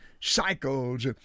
cycles